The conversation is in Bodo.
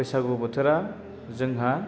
बैसागु बोथोरा जोंहा